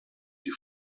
die